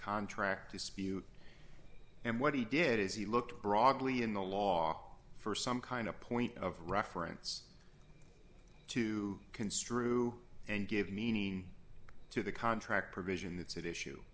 contract dispute and what he did is he looked broadly in the law for some kind of point of reference to construe and give meaning to the contract provision that's at issue